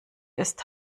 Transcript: ist